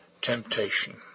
temptation